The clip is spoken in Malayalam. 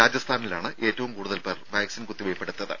രാജസ്ഥാനിലാണ് ഏറ്റവും കൂടുതൽ പേർ വാക്സിൻ കുത്തിവെപ്പെടുത്തത്